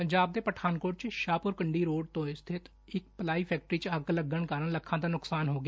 ਪੰਜਾਬ ਦੇ ਪਠਾਨਕੋਟ 'ਚ ਸ਼ਾਹਪੁਰੀਕੰਡੀ ਰੋਡ ਤੇ ਸਬਿਤ ਇਕ ਪਲਾਈ ਫੈਕਟਰੀ 'ਚ ਅੱਗ ਲੱਗਣ ਕਾਰਨ ਲੱਖਾਂ ਦਾ ਨੁਕਸਾਨ ਹੋ ਗਿਆ